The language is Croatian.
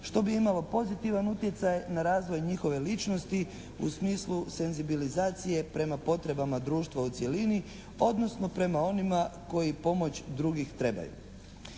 što bi imalo pozitivan utjecaj na razvoj njihove ličnosti u smislu senzibilizacije prema potrebama društva u cjelini odnosno prema onima koji pomoć drugih trebaju.